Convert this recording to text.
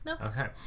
okay